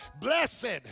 blessed